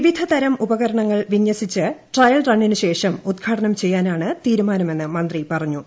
വിവിധതരം ഉപകരണങ്ങൾ വിന്യസിച്ച് ട്രയൽ റണ്ണിന് ശേഷം ഉദ്ഘാടനം ചെയ്യാനാണ് തീരുമാനമെന്ന് മന്ത്രി പറഞ്ഞു